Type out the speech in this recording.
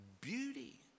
beauty